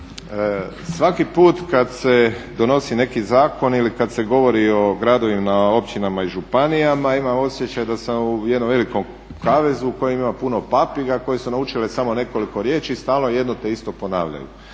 svaki put kada se donosi neki zakon ili kada se govori o gradovima, općinama i županijama imam osjećaj da sam u jednom velikom kavezu u kojem ima puno papiga koje su naučile samo nekoliko riječi i stalno te isto ponavljaju.